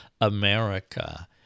America